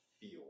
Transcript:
feel